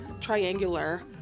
triangular